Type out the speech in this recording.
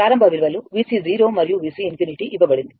ప్రారంభ విలువలు VC మరియు VC∞ ఇవ్వబడింది